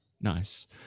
nice